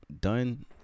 done